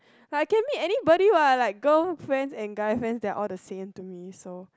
but I can meet anybody what like girl friends and guy friends they are all the same to me so